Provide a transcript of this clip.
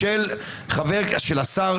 לכן אנחנו צריכים שיהיה לנו, לעם, את הכוח.